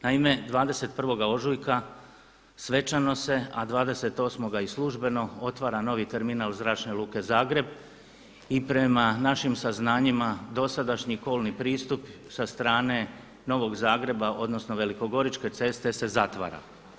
Naime, 21. ožujka svečano se a 28. i službeno otvara novi terminal Zračne luke Zagreb i prema našim saznanjima dosadašnji kolni pristup sa strane novog Zagreba, odnosno velikogoričke ceste se zatvara.